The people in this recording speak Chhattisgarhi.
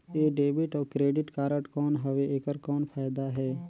ये डेबिट अउ क्रेडिट कारड कौन हवे एकर कौन फाइदा हे?